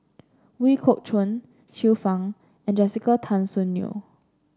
Ooi Kok Chuen Xiu Fang and Jessica Tan Soon Neo